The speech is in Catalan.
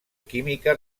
química